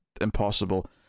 impossible